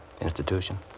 Institution